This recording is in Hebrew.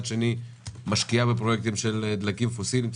שני משקיעה בפרויקטים של דלקים פוסיליים.